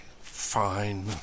Fine